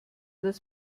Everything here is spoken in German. das